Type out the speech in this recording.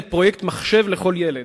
את פרויקט "מחשב לכל ילד".